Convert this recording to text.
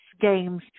games